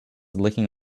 licking